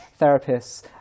therapists